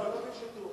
לא ביקשו תיאום.